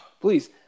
please